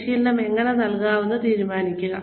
പരിശീലനം എങ്ങനെ നൽകണമെന്ന് തീരുമാനിക്കുക